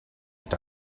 est